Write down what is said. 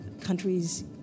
countries